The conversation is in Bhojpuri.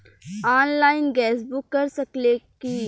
आनलाइन गैस बुक कर सकिले की?